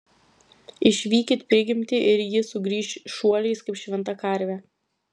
išvykit prigimtį ir ji sugrįš šuoliais kaip šventa karvė